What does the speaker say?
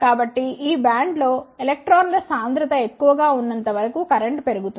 కాబట్టి ఈ బ్యాండ్లో ఎలక్ట్రాన్ల సాంద్రత ఎక్కువగా ఉన్నంత వరకు కరెంట్ పెరుగుతుంది